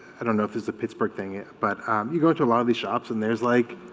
i don't know if there's a pittsburgh thing here but you go to a lot of these shops and there's like